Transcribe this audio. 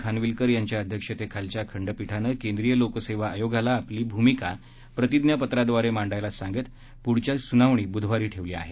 खानविलकर यांच्या अध्यक्षतेखालील खंडपीठानं केंद्रिय लोकसेवा आयोगाला आपली भूमिका प्रतिज्ञापत्राद्वारे मांडायला सांगत पुढील सुनावणी बुधवारी ठेवली आहे